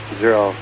zero